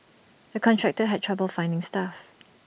the contractor had trouble finding staff